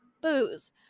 booze